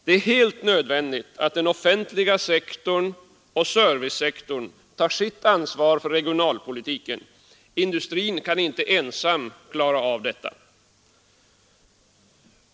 Det är helt nödvändigt att den offentliga sektorn och servicesektorn tar sitt ansvar för regionalpolitiken. Industrin kan inte ensam klara av detta.